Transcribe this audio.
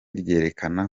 ryerekanye